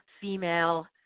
female